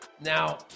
Now